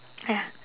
ya